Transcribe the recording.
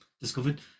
discovered